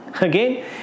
Again